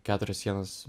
keturios sienos